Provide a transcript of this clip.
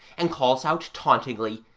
and calls out tauntingly,